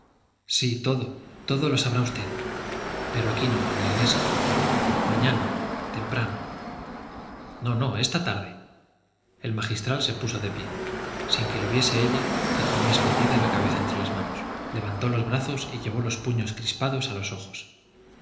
sí todo todo lo sabrá usted pero aquí no en la iglesia mañana temprano no no esta tarde el magistral se puso de pie sin que lo viese ella que tenía escondida la cabeza entre las manos levantó los brazos y llevó los puños crispados a los ojos